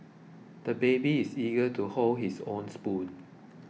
the baby is eager to hold his own spoon